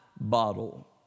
bottle